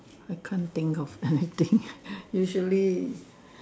I can't think of anything usually